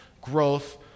growth